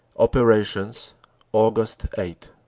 operations aug. eight